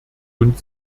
und